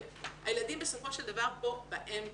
הילדים בסופו של דבר פה באמצע.